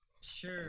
sure